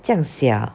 这样小